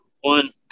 one